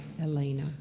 Elena